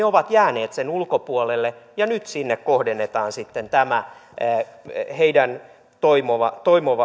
ovat jääneet ulkopuolelle ja nyt sinne kohdennetaan tämä heidän toivomansa